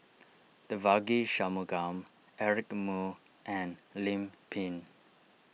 Devagi Sanmugam Eric Moo and Lim Pin